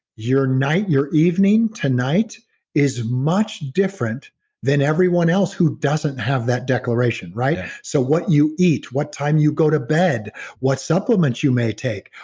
your night, your evening, tonight is much different than everyone else who doesn't have that declaration. so what you eat, what time you go to bed what supplements you may take,